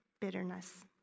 Bitterness